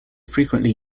frequently